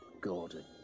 Gordon